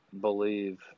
believe